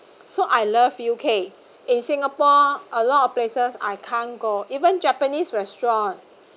so I love U_K in singapore a lot of places I can't go even japanese restaurant